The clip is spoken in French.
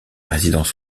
résidence